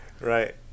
Right